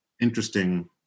interesting